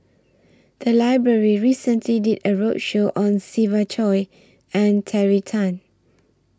The Library recently did A roadshow on Siva Choy and Terry Tan